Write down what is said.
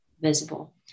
visible